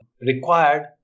required